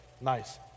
nice